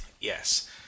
Yes